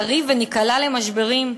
נריב וניקלע למשברים.